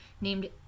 named